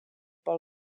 pel